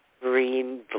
Green